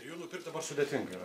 ir jų nupirkt dabar sudėtinga yra